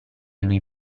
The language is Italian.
lui